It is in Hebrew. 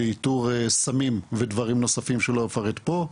לאיתור סמים ודברים נוספים שלא אפרט פה,